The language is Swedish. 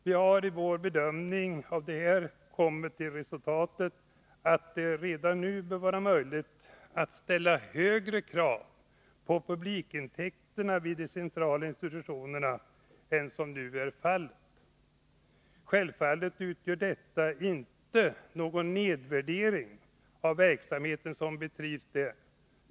Vi har vid vår bedömning av detta kommit till resultatet att det redan nu bör vara möjligt att ställa högre krav på publikintäkterna vid de centrala institutionerna än som nu är fallet. Sjävfallet utgör detta inte någon nedvärdering av den verksamhet som bedrivs där.